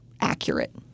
accurate